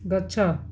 ଗଛ